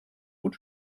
und